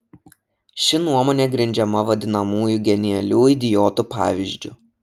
ši nuomonė grindžiama vadinamųjų genialių idiotų pavyzdžiu